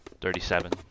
Thirty-seven